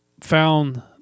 found